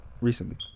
recently